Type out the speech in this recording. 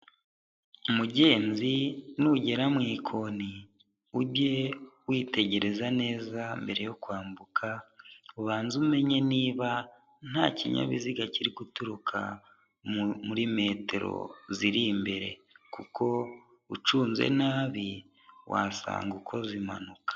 Mugenzi nugera mu ikoni, ujye witegereza neza mbere yo kwambuka, ubanze umenye niba nta kinyabiziga kiri guturuka muri metero ziri imbere kuko ucunze nabi wasanga ukoze impanuka.